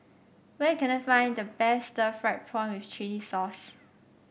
where can I find the best Stir Fried Prawn with Chili Sauce